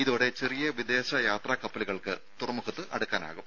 ഇതോടെ ചെറിയ വിദേശയാത്രാ കപ്പലുകൾക്ക് തുറമുഖത്ത് അടുക്കാനാകും